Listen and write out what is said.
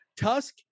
Tusk